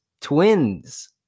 Twins